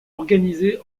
organisées